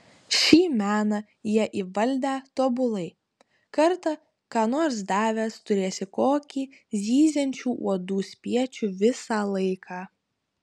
šį meną jie įvaldę tobulai kartą ką nors davęs turėsi tokį zyziančių uodų spiečių visą laiką